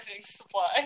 supplies